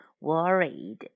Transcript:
Worried